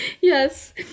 Yes